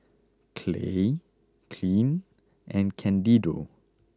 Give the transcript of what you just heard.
Clay Kylene and Candido